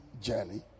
journey